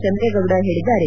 ಚಂದ್ರೇಗೌಡ ಹೇಳಿದ್ದಾರೆ